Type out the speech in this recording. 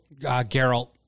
Geralt